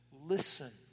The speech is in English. listen